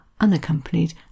unaccompanied